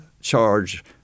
charge